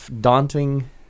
daunting